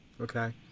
Okay